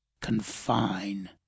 confine